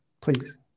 please